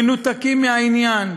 מנותקים מהעניין,